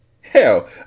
Hell